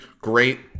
great